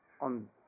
on